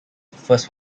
first